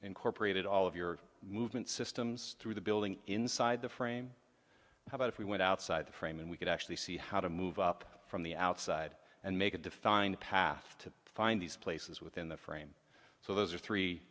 incorporated all of your movement systems through the building inside the frame how about if we went outside the frame and we could actually see how to move up from the outside and make a defined path to find these places within the frame so those are three